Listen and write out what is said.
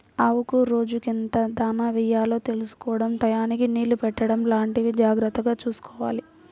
ఆవులకు రోజుకెంత దాణా యెయ్యాలో తెలుసుకోడం టైయ్యానికి నీళ్ళు పెట్టడం లాంటివి జాగర్తగా చూసుకోవాలి